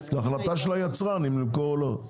זאת החלטה של היצרן אם למכור או לא.